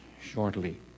shortly